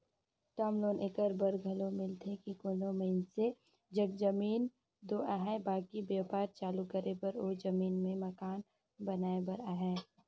term loan acre बर घलो मिलथे कि कोनो मइनसे जग जमीन दो अहे बकि बयपार चालू करे बर ओ जमीन में मकान बनाए बर अहे